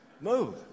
move